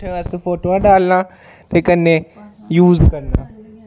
उत्थैं असें फोटुआं डालना ते कन्नै यूज करना